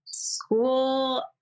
School